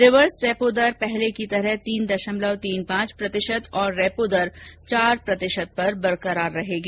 reverse repo दर पहले की तरह तीन दशमलव तीन पाँच प्रतिशत और रेपो दर चार प्रतिशत पर बरकरार रहेगी